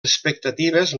expectatives